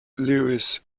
lewis